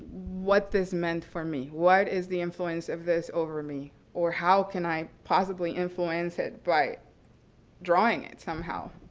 what this meant for me. what is the influence of this over me? or how can i possibly influence it by drawing it somehow.